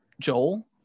Joel